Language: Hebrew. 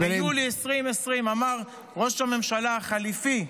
ביולי 2020 אמר ראש הממשלה החליפי,